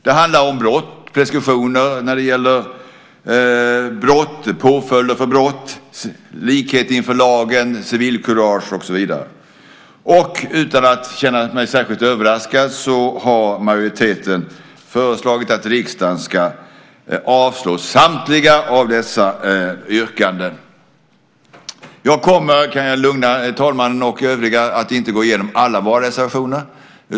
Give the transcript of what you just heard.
Det handlar om brott, om preskriptioner när det gäller brott, påföljder för brott, likhet inför lagen, civilkurage och så vidare. Utan att jag känner mig särskilt överraskad har majoriteten föreslagit att riksdagen ska avslå samtliga dessa yrkanden. Jag kan lugna talmannen och övriga med att jag inte kommer att gå igenom alla våra reservationer.